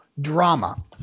drama